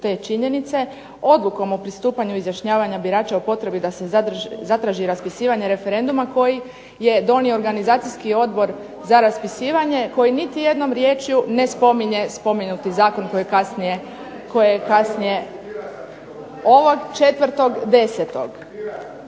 te činjenice odlukom o pristupanju izjašnjavanja birača o potrebi da se zatraži raspisivanje referenduma koji je donio organizacijski odbor za raspisivanje koji niti jednom riječju ne spominje spomenuti Zakon koji kasnije, ovo 4. 10.